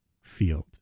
field